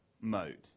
mode